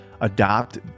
adopt